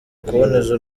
kuboneza